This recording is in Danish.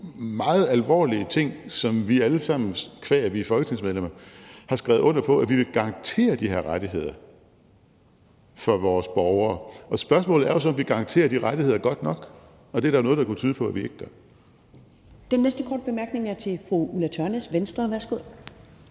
meget alvorlige ting, som vi alle sammen, qua at vi er folketingsmedlemmer, har skrevet under på, nemlig at vi vil garantere de her rettigheder for vores borgere. Og spørgsmålet er så, om vi garanterer de rettigheder godt nok, og det er der jo noget, der kunne tyde på at vi ikke gør. Kl. 13:34 Første næstformand (Karen Ellemann): Den næste korte bemærkning er til fru Ulla Tørnæs, Venstre. Værsgo.